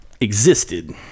existed